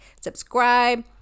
subscribe